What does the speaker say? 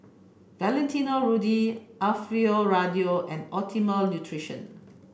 Valentino Rudy Alfio Raldo and Optimum Nutrition